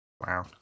Wow